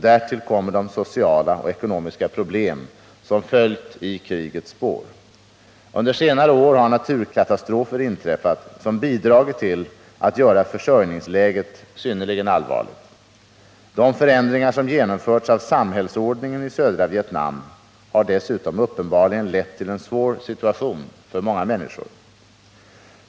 Därtill kommer de sociala och ekonomiska problem som följt i krigets spår. Under senare år har naturkatastrofer inträffat som bidragit till att göra försörjningsläget synnerligen allvarligt. De förändringar som genomförts av samhällsordningen i södra Vietnam har dessutom uppenbarligen lett till en svår situation för många människor.